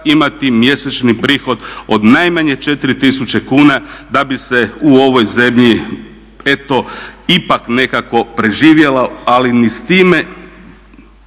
imati mjesečni prihod od najmanje 4 tisuće kuna da bi se u ovoj zemlji eto ipak nekako preživjelo, ali ni s time